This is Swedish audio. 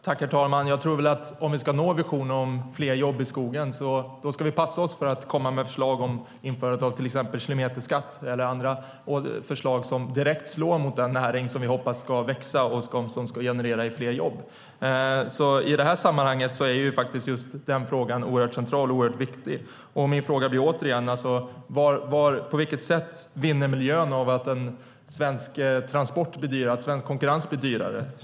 Herr talman! Om vi ska nå visionen om fler jobb i skogen ska vi nog passa oss för att föreslå till exempel införande av kilometerskatt eller annat som direkt slår mot den näring som vi hoppas ska växa och generera fler jobb. I det här sammanhanget är den frågan central. Min fråga blir återigen: På vilket sätt vinner miljön på att svensk transport och svensk konkurrens blir dyrare?